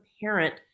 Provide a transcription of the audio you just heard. parent